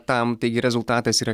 tam taigi rezultatas yra